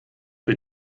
für